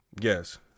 yes